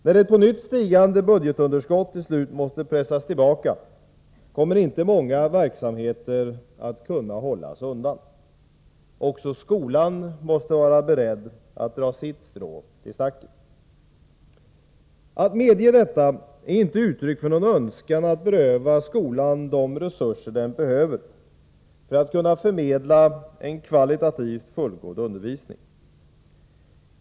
När ett på nytt stigande budgetunderskott till slut måste pressas tillbaka kommer inte många verksamheter att kunna hållas undan. Också skolan måste vara beredd att dra sitt strå till stacken. Att medge detta är inte uttryck för någon önskan att beröva skolan de resurer den behöver för att kunna förmedla en kvalitativt fullgod undervisning.